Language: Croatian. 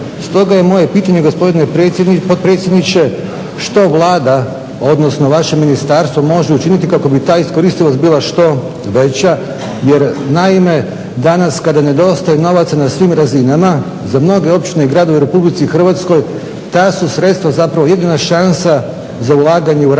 Stoga je moje pitanje gospodine potpredsjedniče što Vlada odnosno vaše ministarstvo može učiniti kako bi ta iskoristivost bila što veća jer naime danas kada nedostaje novaca na svim razinama za mnoge općine i gradove u RH ta su sredstva jedina šansa za ulaganje u razvoj